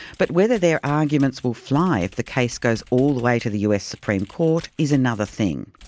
but whether their arguments will fly if the case goes all the way to the us supreme court is another thing,